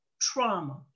trauma